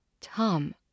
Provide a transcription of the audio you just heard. Tom